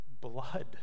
blood